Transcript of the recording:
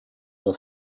tua